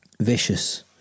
Vicious